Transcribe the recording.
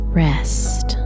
rest